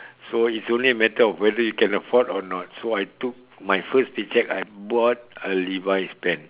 so it's only a matter of whether you can afford it or not so I took my first pay cheque I bought a Levi's pants